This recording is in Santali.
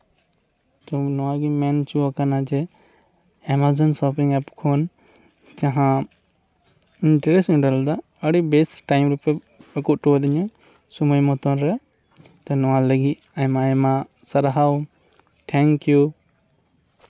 ᱛᱳ ᱱᱚᱣᱟᱜᱤᱧ ᱢᱮᱱ ᱦᱚᱪᱚ ᱠᱟᱱᱟ ᱡᱮ ᱮᱢᱟᱡᱚᱱ ᱥᱚᱯᱤᱝ ᱮᱯ ᱠᱷᱚᱱ ᱡᱟᱦᱟᱸ ᱰᱨᱮᱹᱥ ᱤᱧ ᱚᱰᱟᱨ ᱞᱮᱫᱟ ᱟᱹᱰᱤ ᱵᱮᱥ ᱴᱟᱭᱤᱢ ᱨᱮᱠᱚ ᱟᱹᱜᱩ ᱦᱚᱴᱚ ᱟᱹᱫᱤᱧᱟ ᱥᱚᱢᱚᱭ ᱢᱚᱛᱚᱱ ᱨᱮ ᱱᱚᱣᱟ ᱞᱟᱹᱜᱤᱫ ᱟᱭᱢᱟ ᱟᱭᱢᱟ ᱥᱟᱨᱦᱟᱣ ᱛᱷᱮᱝᱠᱤᱭᱩ